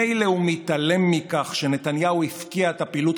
מילא הוא מתעלם מכך שנתניהו הפקיע את הפעילות